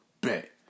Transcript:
Bet